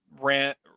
rant